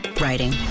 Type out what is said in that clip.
writing